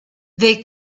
they